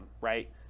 right